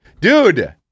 Dude